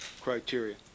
criteria